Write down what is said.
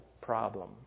problem